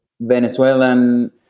Venezuelan